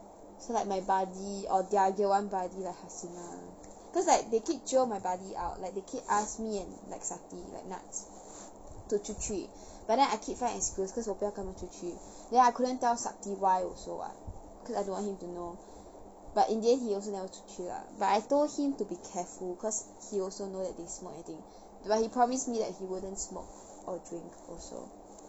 so like my buddy or their J one buddy like hasina cause like they keep jio my buddy out like they keep ask me and sakthi like nats to 出去 but then I keep find excuse cause 我不要跟她们出去 then I couldn't tell sakthi why also what cause I don't want him to know but in the end he also 出去 lah but I told him to be careful cause he also know that they smoke I think but he promise me that he wouldn't smoke or drink also